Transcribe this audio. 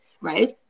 right